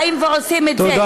את תמיכת הכנסת בהצעת החוק.